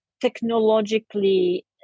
technologically